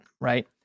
right